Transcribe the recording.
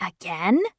again